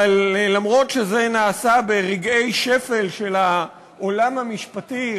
אבל אף שזה נעשה ברגעי שפל של העולם המשפטי,